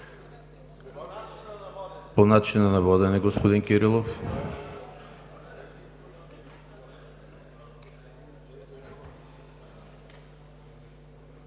По начина на водене, господин Кирилов.